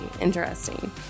interesting